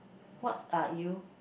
what are you